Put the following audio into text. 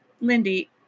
Lindy